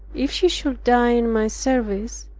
if she should die in my service,